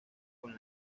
con